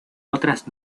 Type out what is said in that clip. otras